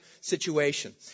situation